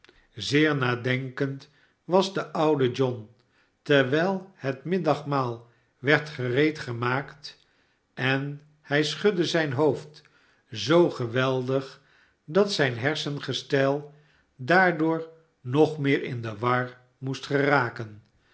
zeer nadenkend was de oude john terwijl het middagmaal werd gereedgemaakt en hij schudde zijn hoofd zoo geweldig dat zijn nersengestel daardoor nog meer in de war moest geraken